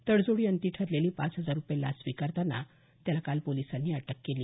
तडजोडीअंती ठरलेली पाच हजार रूपये लाच स्वीकारतांना काल त्याला पोलिसांनी अटक केली